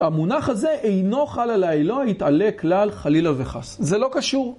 המונח הזה אינו חל עליי, לא התעלה כלל חלילה וחס, זה לא קשור.